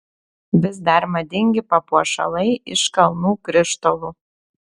vis dar madingi papuošalai iš kalnų krištolų